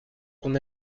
qu’on